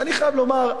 ואני חייב לומר,